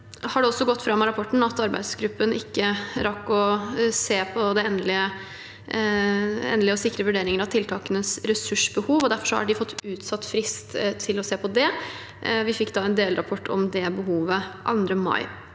arbeidsgruppen ikke rakk å se på endelige og sikre vurderinger av tiltakenes ressursbehov, og derfor har de fått utsatt frist til å se på det. Vi fikk en delrapport om det behovet 2. mai.